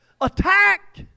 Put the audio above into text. Attack